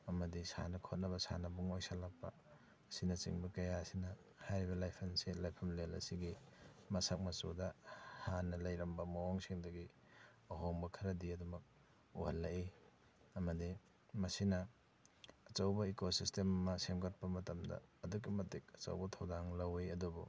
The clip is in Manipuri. ꯑꯃꯗꯤ ꯁꯥꯟꯅ ꯈꯣꯠꯂꯛꯄ ꯁꯥꯟꯅꯕꯨꯡ ꯑꯣꯏꯁꯜꯂꯛꯄ ꯑꯁꯤꯅꯆꯤꯡꯕ ꯀꯌꯥꯁꯤꯅ ꯍꯥꯏꯔꯤꯕ ꯂꯥꯏꯐꯝꯁꯦ ꯂꯥꯏꯐꯝꯂꯦꯟ ꯑꯁꯤꯒꯤ ꯃꯁꯛ ꯃꯆꯨꯗ ꯍꯥꯟꯅ ꯂꯩꯔꯝꯕ ꯃꯑꯣꯡꯁꯤꯡꯗꯒꯤ ꯑꯍꯣꯡꯕ ꯈꯔꯗꯤ ꯑꯗꯨꯃꯛ ꯎꯍꯜꯂꯛꯏ ꯑꯃꯗꯤ ꯃꯁꯤꯅ ꯑꯆꯧꯕ ꯏꯀꯣ ꯁꯤꯁꯇꯦꯝ ꯑꯃ ꯁꯦꯝꯒꯠꯄ ꯃꯇꯝꯗ ꯑꯗꯨꯛꯀꯤ ꯃꯇꯤꯛ ꯑꯆꯧꯕ ꯊꯣꯗꯥꯡ ꯂꯧꯋꯤ ꯑꯗꯨꯕꯨ